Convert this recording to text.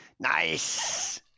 Nice